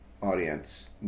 audience